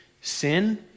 sin